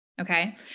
Okay